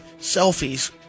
selfies